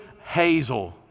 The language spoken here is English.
Hazel